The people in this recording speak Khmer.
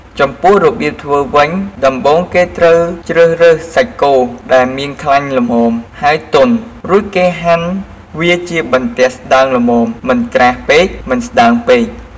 ចំពោះរបៀបធ្វើវិញ ដំបូងគេត្រូវជ្រើសរើសសាច់គោដែលមានខ្លាញ់ល្មម ហើយទន់ រួចគេហាន់វាជាបន្ទះស្តើងល្មមមិនក្រាស់ពេកមិនស្ដើងពេក។